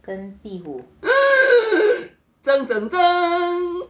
跟壁虎